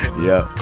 yeah.